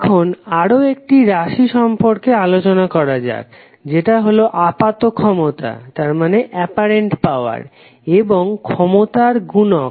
এখন আরও একটি রাশি সম্পর্কে আলোচনা করা যাক যেটা হলো আপাত ক্ষমতা এবং ক্ষমতার গুনক